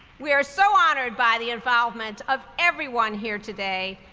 we are so honored by the involvement of everyone here today,